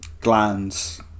glands